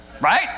Right